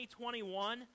2021